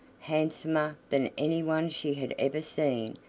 handsomer than anyone she had ever seen,